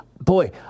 boy